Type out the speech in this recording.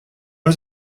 was